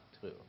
true